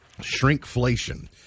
Shrinkflation